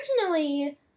originally